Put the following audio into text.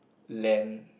land